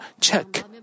check